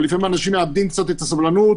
אבל לפעמים אנשים מאבדים קצת את הסבלנות